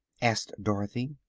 asked dorothy.